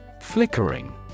Flickering